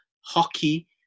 hockey